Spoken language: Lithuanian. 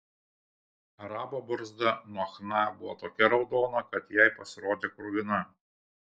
arabo barzda nuo chna buvo tokia raudona kad jai pasirodė kruvina